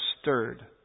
stirred